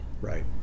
Right